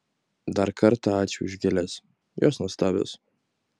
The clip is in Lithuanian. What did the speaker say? dar kartą ačiū už gėles jos nuostabios